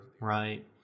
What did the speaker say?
right